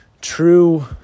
true